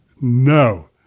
no